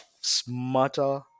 smarter